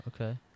Okay